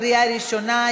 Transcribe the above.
לקריאה ראשונה.